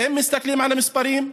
אם מסתכלים על המספרים,